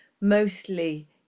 mostly